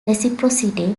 reciprocity